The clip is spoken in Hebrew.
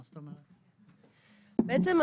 בעצם,